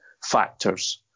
factors